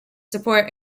support